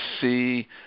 see